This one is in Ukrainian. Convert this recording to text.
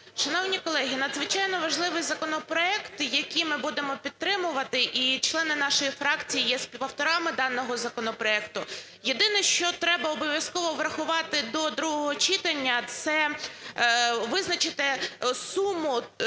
Шановні колеги, надзвичайно важливий законопроект, який ми будемо підтримувати, і члени нашої фракції є співавторами даного законопроекту. Єдине, що треба обов'язково врахувати до другого читання – це визначити суму.